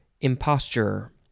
imposture